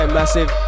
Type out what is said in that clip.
massive